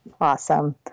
awesome